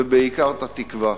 ובעיקר, את התקווה.